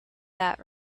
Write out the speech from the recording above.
that